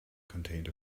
contained